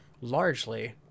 largely